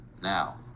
now